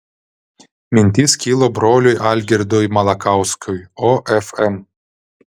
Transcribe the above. mintis kilo broliui algirdui malakauskiui ofm